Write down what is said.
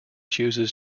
chooses